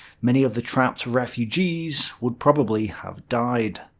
many of the trapped refugees would probably have died.